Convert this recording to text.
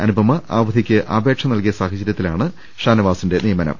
അനുപമ അവധിക്ക് അപേക്ഷ നൽകിയ സാഹചര്യത്തിലാണ് ഷാനവാ സിന്റെ നിയമനം